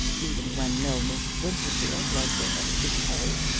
even when no mrs. winterfield was there to behold.